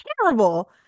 terrible